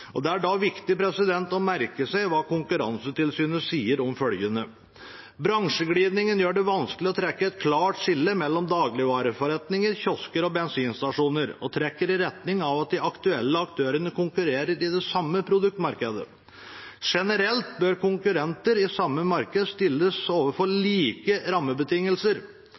Det er da viktig å merke seg at Konkurransetilsynet sa følgende: «Bransjeglidningen gjør det vanskelig å foreta et klart skille mellom dagligvareforretninger, kiosker og bensinstasjoner, og trekker i retning av at de aktuelle aktørene konkurrerer i det samme produktmarkedet. Generelt sett bør konkurrenter i samme marked stilles overfor like rammebetingelser